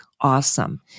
awesome